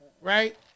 right